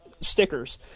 stickers